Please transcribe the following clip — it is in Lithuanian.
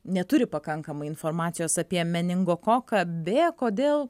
neturi pakankamai informacijos apie meningokoką b kodėl